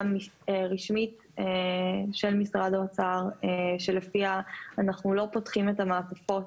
רשמית של משרד האוצר שלפיה אנחנו לא פותחים את המעטפות